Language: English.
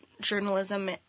journalism